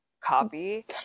copy